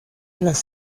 las